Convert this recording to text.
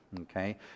okay